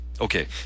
okay